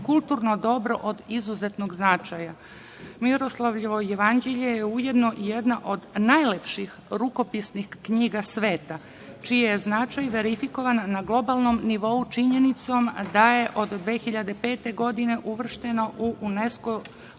kulturno dobro od izuzetnog značaja. Miroslavljevo jevanđelje je ujedno jedna od najlepših rukopisnih knjiga sveta čiji je značaj verifikovan na globalnom nivou činjenicom da je od 2005. godine uvršteno u Unesko